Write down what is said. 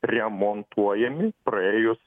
remontuojami praėjus